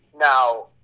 Now